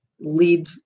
lead